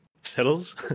settles